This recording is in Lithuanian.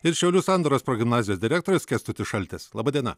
ir šiaulių sandoros progimnazijos direktorius kęstutis šaltis laba diena